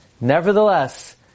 nevertheless